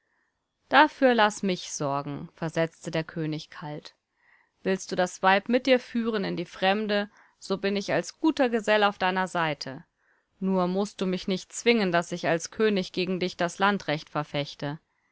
dafür laß mich sorgen versetzte der könig kalt willst du das weib mit dir führen in die fremde so bin ich als guter gesell auf deiner seite nur mußt du mich nicht zwingen daß ich als könig gegen dich das landrecht verfechte